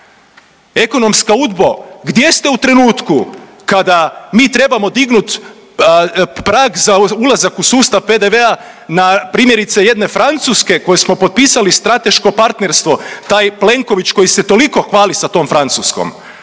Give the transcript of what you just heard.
Ekonomska Udbo gdje ste u trenutku kada mi trebamo dignut prag za ulazak u sustav PDV-a na primjerice jedne Francuske kojoj smo potpisali strateško partnerstvo taj Plenković koji se toliko hvali sa tom Francuskom?